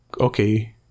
okay